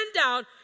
out